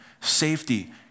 safety